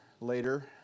later